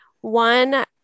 One